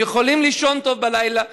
הם יכולים לישון טוב בלילה,